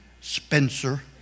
Spencer